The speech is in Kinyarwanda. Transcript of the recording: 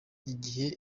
igihe